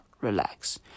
relax